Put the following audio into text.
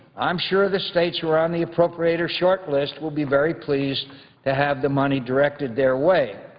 i'm sure the states are on the appropriators' short list will be very pleased to have the money directed their way.